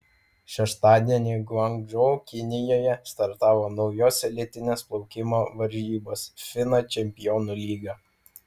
šeštadienį guangdžou kinijoje startavo naujos elitinės plaukimo varžybos fina čempionų lyga